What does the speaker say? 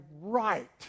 right